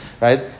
right